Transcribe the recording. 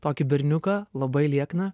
tokį berniuką labai liekną